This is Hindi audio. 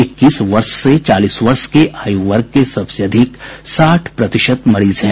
इक्कीस वर्ष से चालीस वर्ष के आयू वर्ग के सबसे अधिक साठ प्रतिशत मरीज हैं